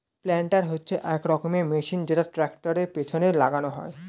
planter হচ্ছে এক রকমের মেশিন যেটা ট্র্যাক্টরের পেছনে লাগানো হয়